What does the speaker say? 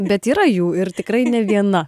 bet yra jų ir tikrai ne viena